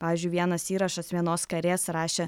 pavyzdžiui vienas įrašas vienos karės rašė